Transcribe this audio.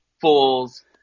Fools